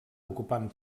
ocupant